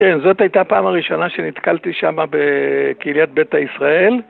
כן, זאת הייתה פעם הראשונה שנתקלתי שמה בקהילית ביתא ישראל.